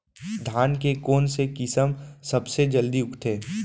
धान के कोन से किसम सबसे जलदी उगथे?